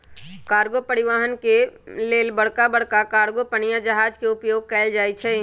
cargo परिवहन के लेल बड़का बड़का कार्गो पनिया जहाज के उपयोग कएल जाइ छइ